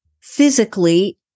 physically